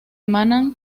emana